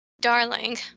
Darling